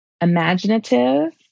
imaginative